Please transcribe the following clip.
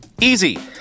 Easy